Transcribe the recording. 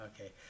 Okay